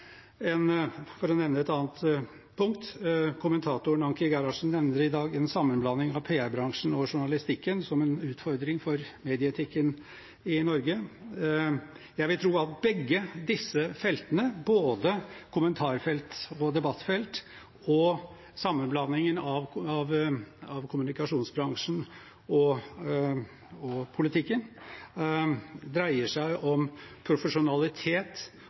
For å nevne et annet punkt: Kommentatoren Anki Gerhardsen nevner i dag en sammenblanding av PR-bransjen og journalistikken som en utfordring for medieetikken i Norge. Jeg vil tro at begge disse feltene, både kommentarfelt og debattfelt og sammenblandingen av kommunikasjonsbransjen og politikken, dreier seg om profesjonalitet